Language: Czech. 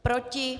Proti?